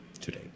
today